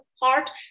heart